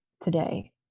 today